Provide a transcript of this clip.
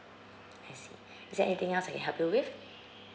I see is there anything else I can help you with